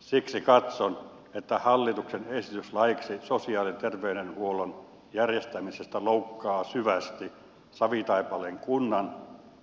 siksi katson että hallituksen esitys laiksi sosiaali ja terveydenhuollon järjestämisestä loukkaa syvästi savitaipaleen kunnan